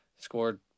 scored